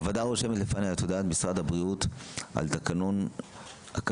הוועדה רושמת לפניה את הודעת משרד הבריאות על תקנון הקמת